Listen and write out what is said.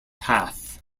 path